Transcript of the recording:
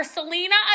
Selena